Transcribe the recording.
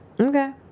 Okay